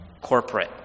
corporate